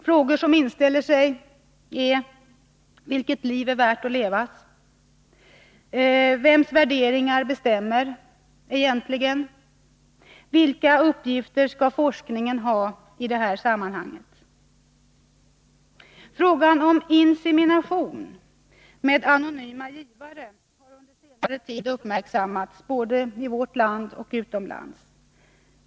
Frågor som inställer sig är: Vilket liv är värt att levas? Vems värderingar bestämmer egentligen? Vilka uppgifter skall forskningen ha i sammanhanget? Frågan om insemination med anonyma givare har under senare tid uppmärksammats både i vårt land och utomlands.